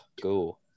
Go